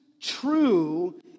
true